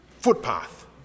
footpath